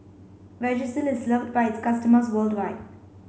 Vagisil is loved by its customers worldwide